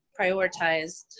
prioritized